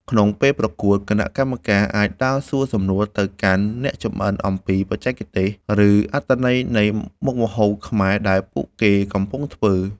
ក្នុងពេលប្រកួត គណៈកម្មការអាចដើរសួរសំណួរទៅកាន់អ្នកចម្អិនអំពីបច្ចេកទេស ឬអត្ថន័យនៃមុខម្ហូបខ្មែរដែលពួកគេកំពុងធ្វើ។